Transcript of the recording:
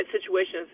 situations